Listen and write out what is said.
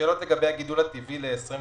שאלות לגבי הגידול הטבעי ל-2021.